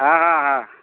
ହଁ ହଁ ହଁ